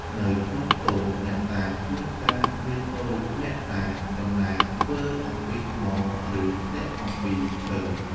នៅក្នុងខ្ទម អ្នកតា ជួនកាលមានរូបអ្នកតាតំណាងធ្វើអំពីថ្ម ឬធ្លាក់អំពីឈើ។